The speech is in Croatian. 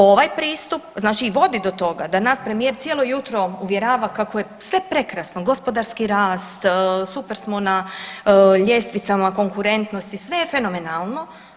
Ovaj pristup znači i vodi do toga da nas premijer cijelo jutro uvjerava kako je sve prekrasno, gospodarski rast, super smo na ljestvicama konkurentnosti, sve je fenomenalno.